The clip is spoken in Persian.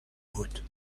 بود